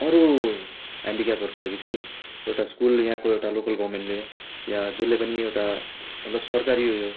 अरू हेन्डिक्यापहरूको लागि चाहिँ एउटा स्कुल यहाँको एउटा लोकल गर्मेन्टले या जसले पनि एउटा मतलब सरकारी उयो